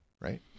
right